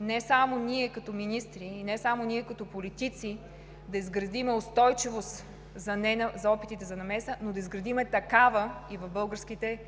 не само ние като министри и като политици, да изградим устойчивост за опитите за намеса, но да изградим такава и в българските